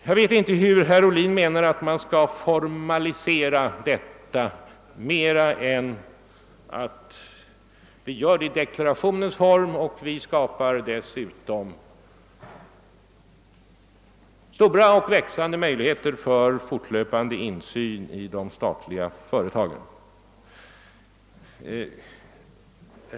Jag vet inte hur herr Ohlin menar att man skall formalisera detta på annat sätt än att vi gör det i deklarationens form och dessutom skapar förutsättningar för stora och växande möjligheter till fortlöpande insyn i de statliga företagen.